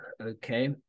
okay